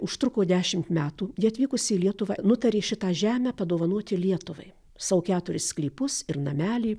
užtruko dešimt metų ji atvykusi į lietuvą nutarė šitą žemę padovanoti lietuvai savo keturis sklypus ir namelį